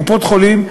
קופות-חולים,